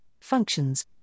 functions